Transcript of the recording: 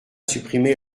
supprimé